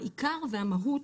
העיקר והמהות